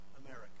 America